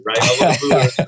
right